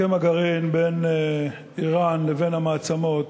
הסכם הגרעין בין איראן לבין המעצמות,